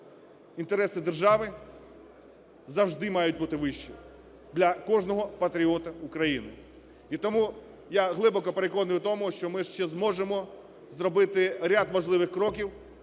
інтереси держави завжди мають бути вищі для кожного патріота України. І тому я глибоко переконаний в тому, що ми ще зможемо зробити ряд можливих кроків